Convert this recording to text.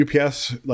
UPS